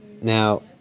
Now